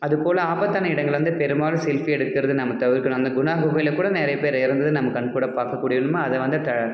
அது போல் ஆபத்தான இடங்களில் வந்து பெரும்பாலும் செல்ஃபி எடுக்கிறது நம்ம தவிர்க்கணும் அந்த குணா குகையில் கூட நிறைய பேர் இறந்தது நம்ம கண்கூடாக பார்க்கக்கூடிய ஒரு உண்மை அதை வந்து த